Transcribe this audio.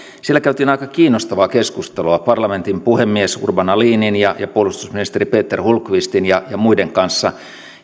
siellä käytiin aika kiinnostavaa keskustelua parlamentin puhemies urban ahlinin ja puolustusministeri peter hultqvistin ja muiden kanssa